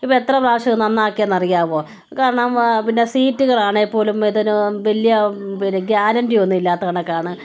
ഇപ്പോൾ എത്ര പ്രാവശ്യം ഇത് നന്നാക്കിയെന്ന് അറിയാമോ കാരണം പിന്നെ സീറ്റുകളാണെങ്കിൽ പോലും ഇതിനു വലിയ പിന്നെ ഗ്യാരൻ്റി ഒന്നും ഇലാത്ത കണക്കാണ്